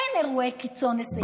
אין אירועי קיצון לסעיף כזה.